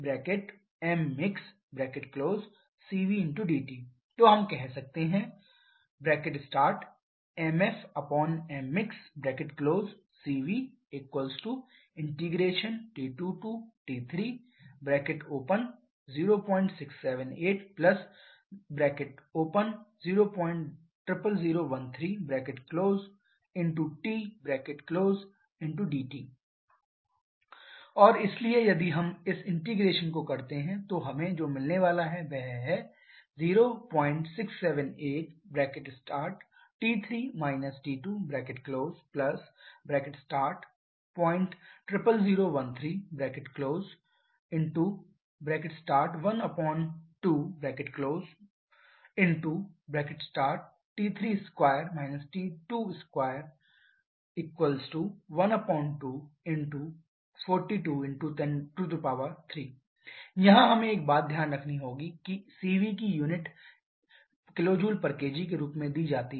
mf CVT2T3mmixcvdT तो हम कह सकते हैं mfmmix CVT2T30678000013TdT और इसलिए यदि हम इस इंटीग्रेशन को करते हैं तो हमें जो मिलने वाला है वह है 0678000013121242103 यहाँ हमें एक बात ध्यान रखनी होगी कि cv की यूनिट kJkg के रूप में दी जाती है